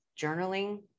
journaling